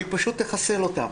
היא פשוט תחסל אותם.